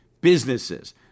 businesses